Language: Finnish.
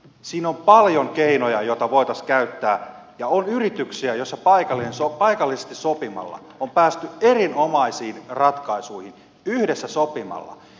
siinä on paljon keinoja joita voitaisiin käyttää ja on yrityksiä joissa paikallisesti sopimalla on päästy erinomaisiin ratkaisuihin yhdessä sopimalla